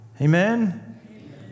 Amen